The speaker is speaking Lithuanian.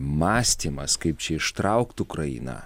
mąstymas kaip čia ištraukt ukrainą